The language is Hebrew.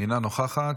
אינה נוכחת.